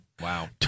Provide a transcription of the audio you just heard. Wow